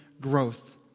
growth